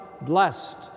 blessed